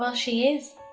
ah she is.